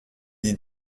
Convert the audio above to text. dit